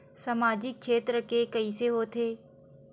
सामजिक क्षेत्र के कइसे होथे?